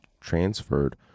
transferred